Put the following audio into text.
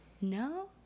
No